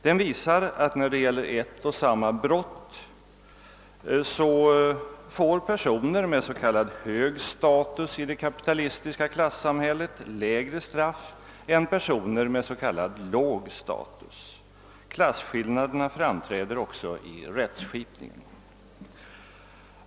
Den visar att när det gäller ett och samma brott personer med s.k. hög status i det kapitalistiska klassamhället får lägre straff än personer med s.k. låg status. — Klasskillnaderna framträder också i rättskipningen.